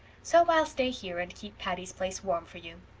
so i'll stay here and keep patty's place warm for you.